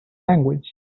language